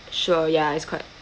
sure ya it's quite